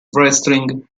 wrestling